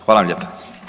Hvala vam lijepa.